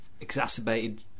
exacerbated